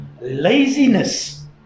laziness